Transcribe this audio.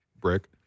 brick